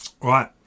Right